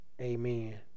Amen